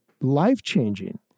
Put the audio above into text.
Life-changing